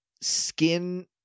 skin